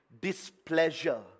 displeasure